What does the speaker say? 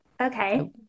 Okay